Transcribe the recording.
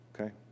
Okay